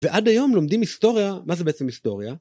ועד היום לומדים היסטוריה, מה זה בעצם היסטוריה?